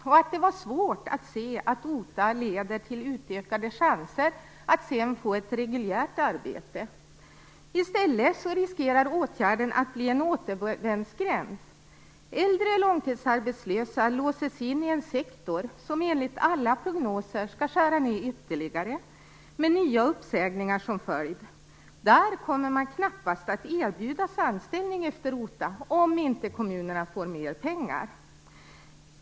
Det är dessutom svårt att se att OTA skulle leda till ökade chanser till ett reguljärt arbete. I stället riskerar åtgärden att bli en återvändsgränd. Äldre arbetslösa låses in i en sektor som enligt alla prognoser skall skäras ned ytterligare, med nya uppsägningar som följd. Där kommer man knappast att erbjudas anställning efter OTA, om inte kommunerna får mer pengar.